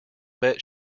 bet